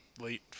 late